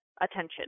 attention